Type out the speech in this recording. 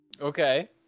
Okay